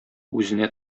үзенә